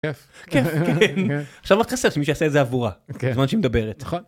כיף, כיף כן, עכשיו רק חסר שמישהו יעשה את זה עבורה, בזמן שהיא מדברת.